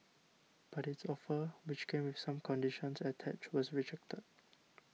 but its offer which came with some conditions attached was rejected